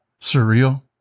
surreal